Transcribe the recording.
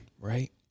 right